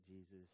Jesus